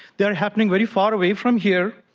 they are happening very far away from here.